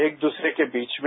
एक दूसरे के बीच में